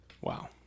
wow